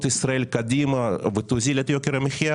ישראל קדימה ותוזיל את יוקר המחיה